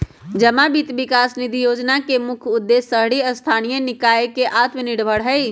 जमा वित्त विकास निधि जोजना के मुख्य उद्देश्य शहरी स्थानीय निकाय के आत्मनिर्भर हइ